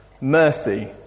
Mercy